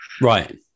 Right